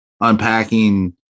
unpacking